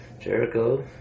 Jericho